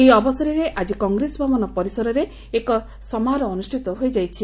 ଏହି ଅବସରରେ ଆଜି କଂଗ୍ରେସ ଭବନ ପରିସରରେ ଏକ ସମାରୋହ ଅନୁଷିତ ହୋଇଯାଇଛି